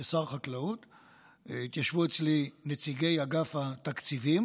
התיישבו אצלי נציגי אגף התקציבים